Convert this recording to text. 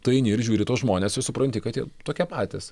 tu eini ir žiūri į tuos žmones ir supranti kad jie tokie patys